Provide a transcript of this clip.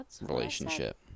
relationship